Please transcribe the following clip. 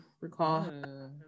recall